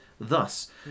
thus